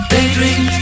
Daydream